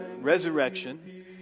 resurrection